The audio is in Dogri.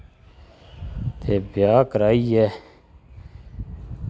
ते ब्याह् कराइयै